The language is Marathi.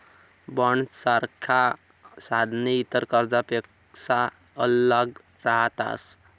बॉण्डसारखा साधने इतर कर्जनापक्सा आल्लग रहातस